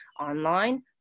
online